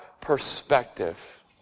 perspective